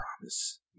Promise